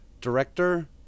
director